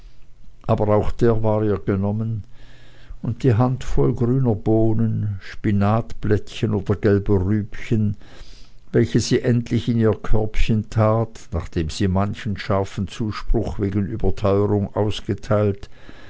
aber auch der war ihr genommen und die handvoll grüner bohnen spinatblättchen oder gelber rübchen welche sie endlich in ihr körbchen tat nachdem sie manchen scharfen zuspruch wegen überteuerung ausgeteilt